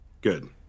Good